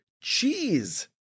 cheese